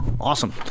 Awesome